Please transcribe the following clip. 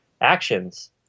actions